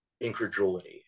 incredulity